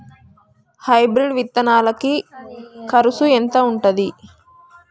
Hybrid విత్తనాలకి కరుసు ఎంత ఉంటది?